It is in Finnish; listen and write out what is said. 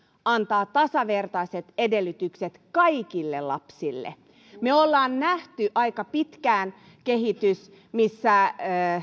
antaa tasavertaiset edellytykset kaikille lapsille me olemme nähneet aika pitkään kehityksen missä